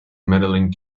medaling